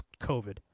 COVID